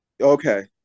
Okay